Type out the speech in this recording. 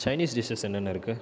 Chinese dishes என்னென்ன இருக்குது